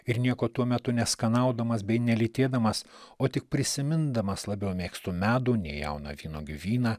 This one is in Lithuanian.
ir nieko tuo metu neskanaudamas bei nelytėdamas o tik prisimindamas labiau mėgstu medų nei jauną vynuogių vyną